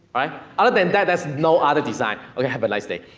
right? other than that, there's no other design, ok, have a nice day.